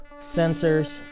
sensors